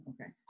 okay